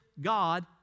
God